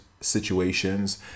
situations